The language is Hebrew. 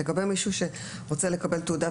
פירוט של ההכשרות שמישהו שרוצה לקבל תעודת